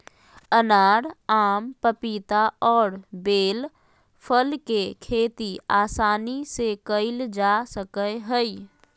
अनार, आम, पपीता और बेल फल के खेती आसानी से कइल जा सकय हइ